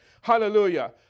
Hallelujah